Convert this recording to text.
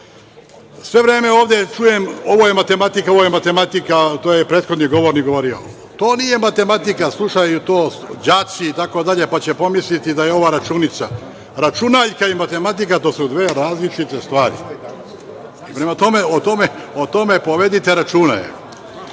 sve vreme ovde čujem "ovo je matematika, ovo je matematika", to je prethodni govornik govorio. To nije matematika. Slušaju to đaci itd, pa će pomisliti da je ovo računica. Računaljka i matematika, to su dve različite stvari. Prema tome, o tome povedite računa. Drugo